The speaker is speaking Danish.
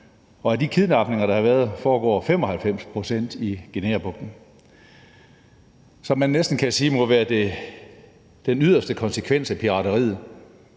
af de kidnapninger, der har været, og som man næsten kan sige må være den yderste konsekvens af pirateriet,